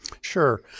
Sure